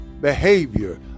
behavior